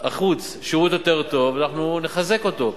החוץ הוא שירות יותר טוב, אנחנו נחזק אותו.